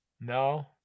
No